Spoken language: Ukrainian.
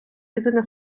єдине